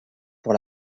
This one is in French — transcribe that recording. pour